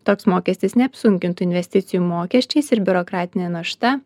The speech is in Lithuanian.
toks mokestis neapsunkintų investicijų mokesčiais ir biurokratinė našta